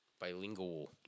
Bilingual